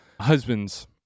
Husbands